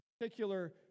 particular